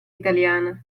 italiana